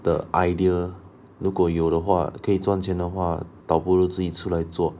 the idea 如果有的话可以赚钱的话倒不如自己出来做